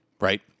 right